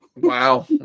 Wow